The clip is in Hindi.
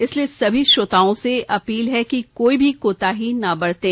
इसलिए सभी श्रोताओं से अपील है कि कोई भी कोताही ना बरतें